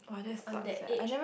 if I am that age